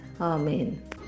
Amen